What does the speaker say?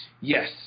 Yes